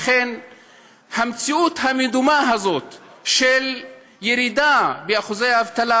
לכן המציאות הזאת של ירידה בשיעורי האבטלה